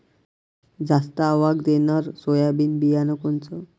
जास्त आवक देणनरं सोयाबीन बियानं कोनचं?